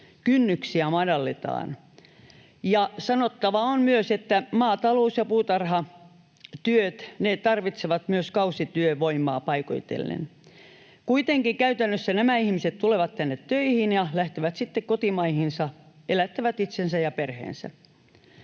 kynnyksiä madalletaan, ja sanottava on myös, että maatalous- ja puutarhatyöt tarvitsevat myös kausityövoimaa paikoitellen. Kuitenkin käytännössä nämä ihmiset tulevat tänne töihin ja lähtevät sitten kotimaihinsa, elättävät itsensä ja perheensä.